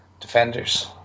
Defenders